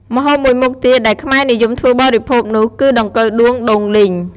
ម្ហូបមួយមុខទៀតដែលខ្មែរនិយមធ្វើបរិភោគនោះ គឺដង្កូវដួងដូងលីង។